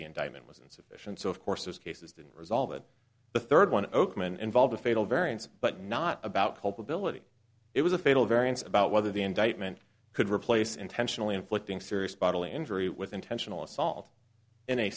the indictment was insufficient so of course those cases didn't resolve that the third one oakman involved a fatal variance but not about culpability it was a fatal variance about whether the indictment could replace intentionally inflicting serious bodily injury with intentional assault and a